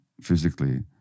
physically